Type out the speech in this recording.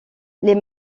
les